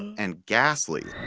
and ghastly